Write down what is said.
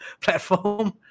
platform